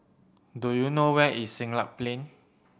do you know where is Siglap Plain